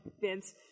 Vince